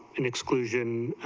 and exclusion,